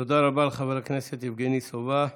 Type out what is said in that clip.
תודה רבה לחבר הכנסת יבגני סובה.